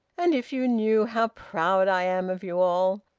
and if you knew how proud i am of you all,